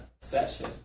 session